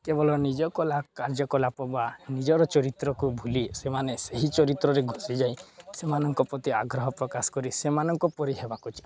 କେବଳ ନିଜ କଳା କାର୍ଯ୍ୟକଳାପ ବା ନିଜର ଚରିତ୍ରକୁ ଭୁଲି ସେମାନେ ସେହି ଚରିତ୍ରରେ ଘୁସି ଯାଇ ସେମାନଙ୍କ ପ୍ରତି ଆଗ୍ରହ ପ୍ରକାଶ କରି ସେମାନଙ୍କ ପରି ହେବାକୁ ଚାହାନ୍ତି